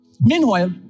Meanwhile